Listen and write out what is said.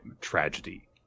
tragedy